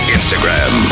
Instagram